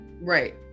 Right